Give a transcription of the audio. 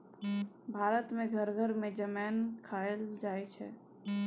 भारत मे घर घर मे जमैन खाएल जाइ छै